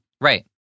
Right